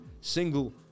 single